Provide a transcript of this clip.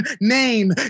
name